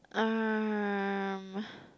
um